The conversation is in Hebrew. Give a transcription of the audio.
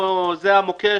זה המוקש.